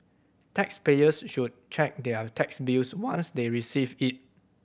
taxpayers should check their tax bills once they receive it